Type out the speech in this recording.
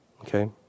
Okay